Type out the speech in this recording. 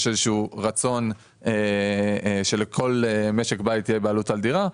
יש איזה שהוא רצון שלכל משק בית יהיה בעלות על דירה.